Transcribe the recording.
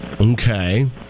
Okay